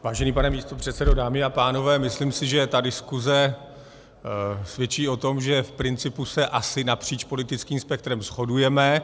Vážený pane místopředsedo, dámy a pánové, myslím si, že ta diskuze svědčí o tom, že v principu se asi napříč politickým spektrem shodujeme.